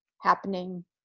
happening